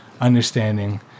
understanding